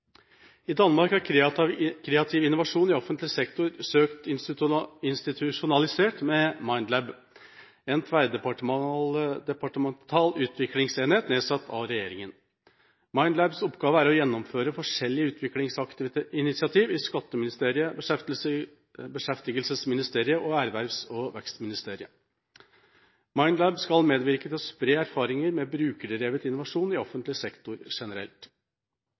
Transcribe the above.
I Danmark er kreativ innovasjon i offentlig sektor søkt institusjonalisert med MindLab – en tverrdepartemental utviklingsenhet nedsatt av regjeringa. MindLabs oppgave er å gjennomføre forskjellige utviklingsinitiativ i Skatteministeriet, Beskæftigelsesministeriet og Erhvervs- og Vækstministeriet. MindLab skal medvirke til å spre erfaringer med brukerdrevet innovasjon i offentlig sektor generelt.